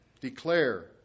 declare